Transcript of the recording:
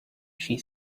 she